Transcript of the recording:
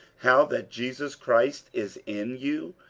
how that jesus christ is in you,